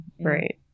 right